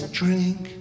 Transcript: drink